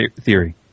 theory